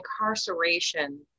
incarceration